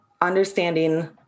understanding